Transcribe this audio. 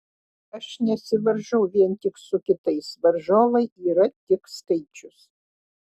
aš nesivaržau vien tik su kitais varžovai yra tik skaičius